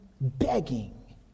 Begging